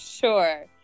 Sure